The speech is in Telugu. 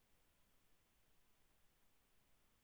అంకురోత్పత్తి అన్నీ మొక్కలో ఒకేలా ఉంటుందా?